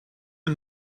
mir